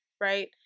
Right